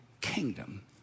kingdom